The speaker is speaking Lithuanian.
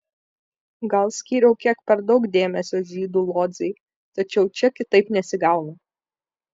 gal skyriau kiek per daug dėmesio žydų lodzei tačiau čia kitaip nesigauna